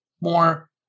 more